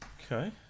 Okay